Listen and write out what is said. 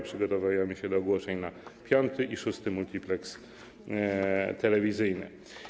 Przygotowujemy się do ogłoszeń na piąty i szósty multipleks telewizyjny.